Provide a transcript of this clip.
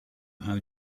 how